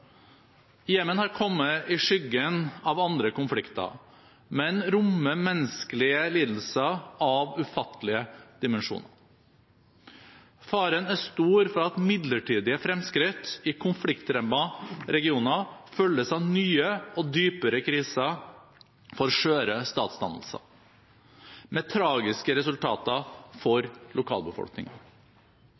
Jemen har kommet i skyggen av andre konflikter, men rommer menneskelige lidelser av ufattelige dimensjoner. Faren er stor for at midlertidige fremskritt i konfliktrammede regioner følges av nye og dypere kriser for skjøre statsdannelser, med tragiske resultater for